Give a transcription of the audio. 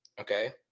Okay